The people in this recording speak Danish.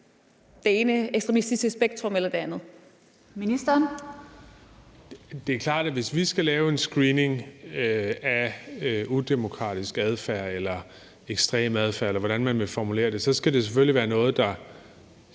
det ene ekstremistiske spektrum eller det andet.